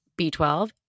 B12